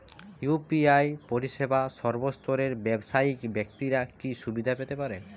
UPI পরিসেবা সর্বস্তরের ব্যাবসায়িক ব্যাক্তিরা কি সুবিধা পেতে পারে?